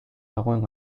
dagoen